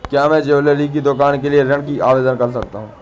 क्या मैं ज्वैलरी की दुकान के लिए ऋण का आवेदन कर सकता हूँ?